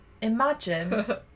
Imagine